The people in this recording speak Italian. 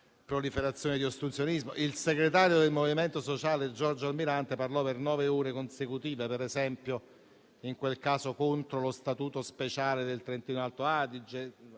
Il segretario del Movimento sociale Giorgio Almirante parlò per nove ore consecutive contro lo statuto speciale del Trentino-Alto Adige.